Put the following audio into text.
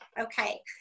Okay